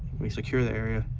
we secure the area,